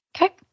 Okay